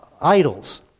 idols